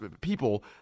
people